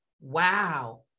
wow